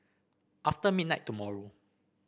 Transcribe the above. after midnight tomorrow